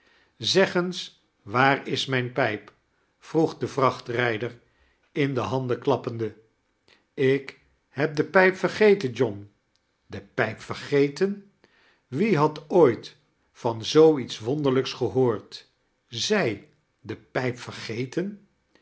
zeg eens waar is mijne pijp vroeg de vrachtrijder in de handen klappende ik heb de pijp vergeten john de pijp vergeten wie had ooit van zoo iets wonderlijks gehoord zij de pijp vergeten